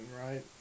right